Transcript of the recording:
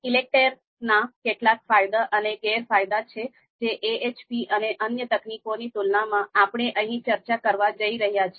ઈલેકટેર ના કેટલાક ફાયદા અને ગેરફાયદા છે જે AHP અને અન્ય તકનીકોની તુલનામાં આપણે અહિયાં ચર્ચા કરવા જઈ રહ્યા છે